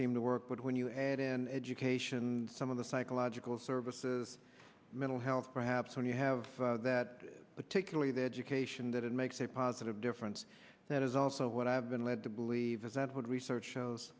seem to work but when you add in education some of the psychological services mental health perhaps when you have that particularly the education that it makes a positive difference that is also what i've been led to believe is that what research shows